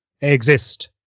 exist